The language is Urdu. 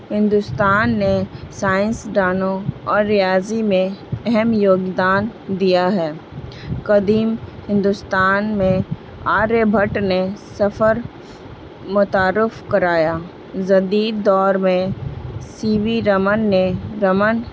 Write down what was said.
ہندوستان نے سائنس دانوں اور ریاضی میں اہم یوگدان دیا ہے قدیم ہندوستان میں آریہ بھٹ نے سفر متعارف کرایا جدید دور میں سی وی رمن نے رمن